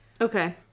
okay